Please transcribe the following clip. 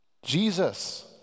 Jesus